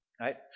right